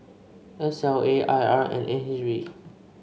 S L A I R and N H B